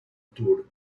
tour